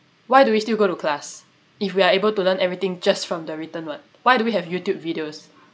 why do we still go to class if we are able to learn everything just from the written word why do we have YouTube videos